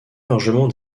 largement